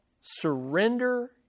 surrender